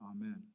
Amen